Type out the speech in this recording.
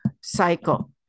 cycle